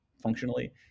functionally